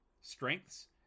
strengths